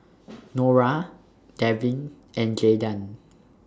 Nora Devyn and Jaydan